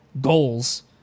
goals